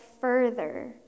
further